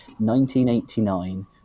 1989